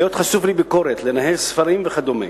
להיות חשוף לביקורת, לנהל ספרים וכדומה.